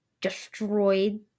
destroyed